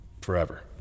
forever